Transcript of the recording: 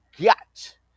got